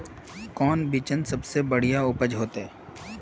कौन बिचन सबसे बढ़िया उपज होते?